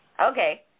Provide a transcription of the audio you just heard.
Okay